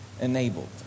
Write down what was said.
enabled